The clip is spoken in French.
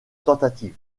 tentative